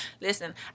listen